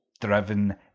driven